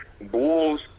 bulls